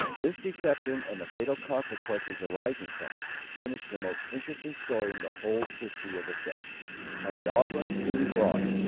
this deception, and the fatal consequences arising from it, furnish the the most interesting story in the whole history of the sex. ten on the offerings being brought,